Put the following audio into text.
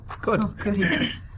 Good